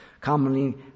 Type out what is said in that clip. Commonly